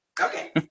okay